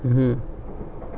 mmhmm